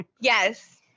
Yes